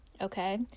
Okay